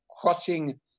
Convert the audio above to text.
crossing